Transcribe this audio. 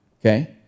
okay